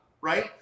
right